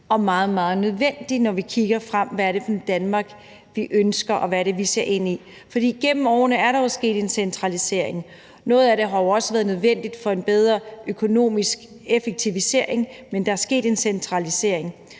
meget nødvendig, når vi kigger frem mod, hvad det er for et Danmark, vi ønsker, og hvad det er, vi ser ind i. Gennem årene er der jo sket en centralisering. Noget af det har jo været nødvendigt for en bedre økonomisk effektivisering, men der er sket en centralisering.